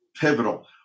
pivotal